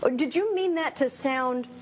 ah did you mean that to sound